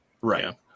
Right